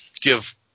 give